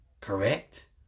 correct